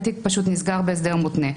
התיק פשוט נסגר בהסדר מותנה.